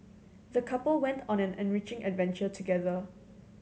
the couple went on an enriching adventure together